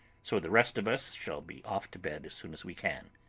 so the rest of us shall be off to bed as soon as we can.